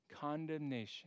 condemnation